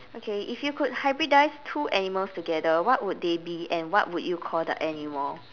okay if you could hybridize two animals together what would they be and what would you call the animal